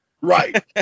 Right